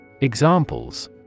Examples